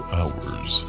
hours